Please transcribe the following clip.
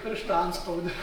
pirštų antspaudą